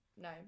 no